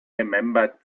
remembered